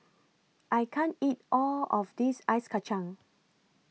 I can't eat All of This Ice Kachang